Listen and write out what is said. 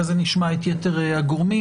אחרי זה נשמע את יתר הגורמים.